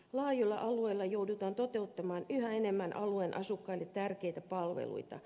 laajoilla alueilla joudutaan toteuttamaan yhä enemmän alueen asukkaille tärkeitä palveluita